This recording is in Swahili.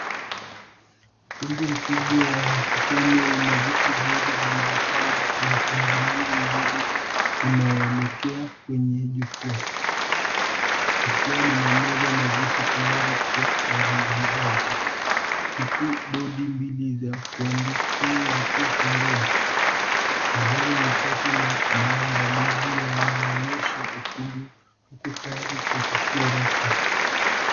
Ukumbi mkubwa wa mkutano una viti vingi vilivyopangwa kwa mpangilio mzuri unaoelekea kwenye jukwaa. Jukwaa lina meza na viti tayari kwa wazungumzaji, huku bodi mbili vya kuandikia vikiwa pembeni. Mandhari ni safi na maandalizi yanaonyesha ukumbi uko tayari tukio rasmi.